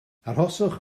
arhoswch